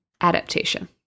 adaptation